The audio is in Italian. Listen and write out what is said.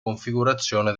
configurazione